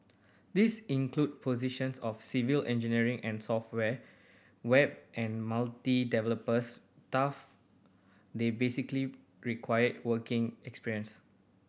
these included positions for civil engineer and software web and multimedia developers they typically required working experience